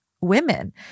women